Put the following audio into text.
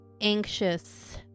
anxious